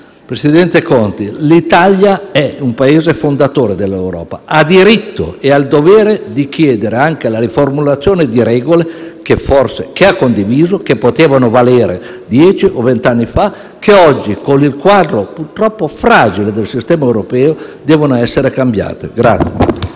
Presidente Conte, l'Italia è un Paese fondatore dell'Europa: ha il diritto e il dovere di chiedere la riformulazione di regole che ha condiviso, che potevano valere dieci o venti anni fa e che oggi, con il quadro purtroppo fragile del sistema europeo, devono essere cambiate.